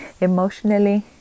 emotionally